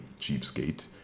cheapskate